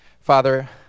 Father